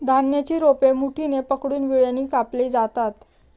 धान्याची रोपे मुठीने पकडून विळ्याने कापली जातात